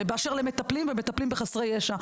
באשר למטפלים ומטפלים בחסרי ישע.